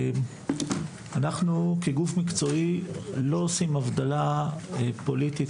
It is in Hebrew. אנחנו כגוף מקצועי לא עושים הבדלה פוליטית,